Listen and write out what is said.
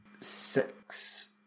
Six